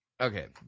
Okay